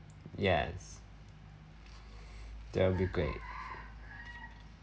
yes that will be great